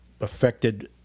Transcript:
affected